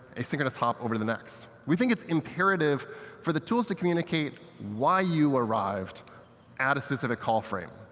asynchronous hop, over the next. we think it's imperative for the tools to communicate why you arrived at a specific call frame.